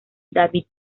david